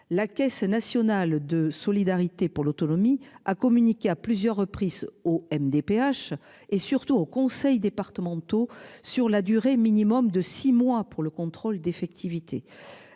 La Caisse nationale de solidarité pour l'autonomie a communiqué à plusieurs reprises au MDPH et surtout aux conseils départementaux sur la durée minimum de six mois pour le contrôle d'effectivité.